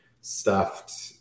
stuffed